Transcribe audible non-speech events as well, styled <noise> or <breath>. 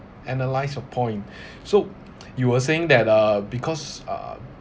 analyse your point <breath> so you were saying that uh because uh